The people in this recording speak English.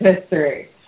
history